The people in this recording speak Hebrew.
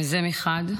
זה מחד,